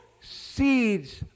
seeds